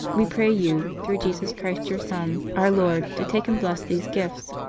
we pray you, through jesus christ, your son, our lord, to take and bless these gifts.